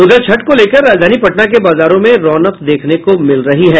उधर छठ को लेकर राजधानी पटना के बाजारों में रौनक देखने को मिल रही है